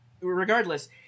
Regardless